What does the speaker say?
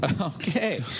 Okay